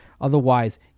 Otherwise